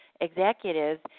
executives